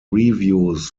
his